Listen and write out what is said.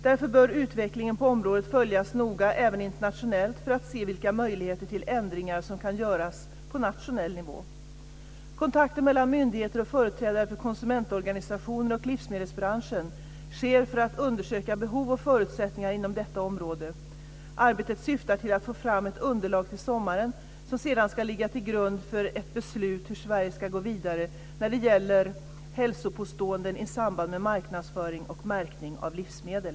Därför bör utvecklingen på området följas noga, även internationellt, för att se vilka möjligheter till ändringar som kan göras på nationell nivå. Kontakter mellan myndigheter och företrädare för konsumentorganisationer och livsmedelsbranschen sker för att undersöka behov och förutsättningar inom detta område. Arbetet syftar till att få fram ett underlag till sommaren som sedan ska ligga till grund för ett beslut hur Sverige ska gå vidare när det gäller hälsopåståenden i samband med marknadsföring och märkning av livsmedel.